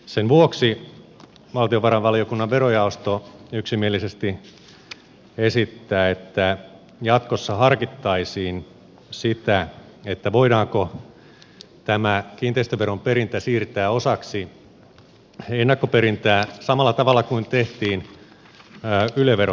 sen vuoksi valtiovarainvaliokunnan verojaosto yksimielisesti esittää että jatkossa harkittaisiin sitä voidaanko tämä kiinteistöveron perintä siirtää osaksi ennakkoperintää samalla tavalla kuin tehtiin yle veron osalta